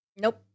Nope